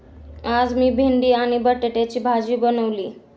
आज मी भेंडी आणि बटाट्याची भाजी बनवली